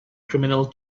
criminal